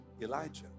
Elijah